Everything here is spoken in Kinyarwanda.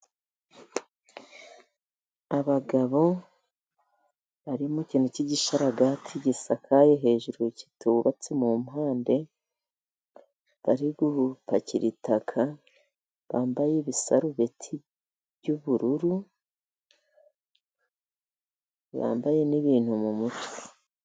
Abagabo bari mu kintu cy'igisharagati gisakaye hejuru kitubatse mu mpande, bari gupakira itaka. Bambaye ibisarubeti by'ubururu, bambaye n'ibintu mu mutwe.